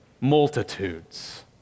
multitudes